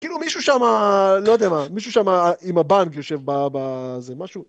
כאילו מישהו שמה, לא יודע מה, מישהו שמה עם הבאנג יושב בזה, משהו.